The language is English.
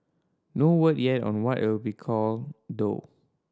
no word yet on what it'll be called though